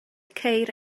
ceir